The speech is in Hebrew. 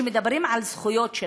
שמדברות על זכויות של